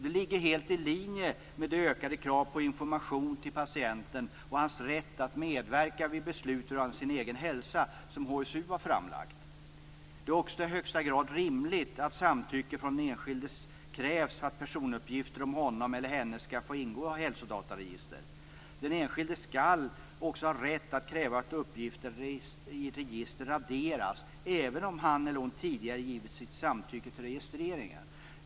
Det ligger helt i linje med de ökade krav på information till patienten och hans rätt att medverka vid beslut rörande sin egen hälsa som HSU har framlagt. Det är också i högsta grad rimligt att samtycke från den enskilde krävs för att personuppgifter om honom eller henne skall få ingå i ett hälsodataregister. Den enskilde skall också ha rätt att kräva att uppgifter i ett register raderas, även om han eller hon tidigare har givit sitt samtycke till registrering.